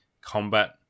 combat